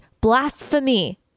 blasphemy